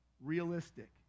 realistic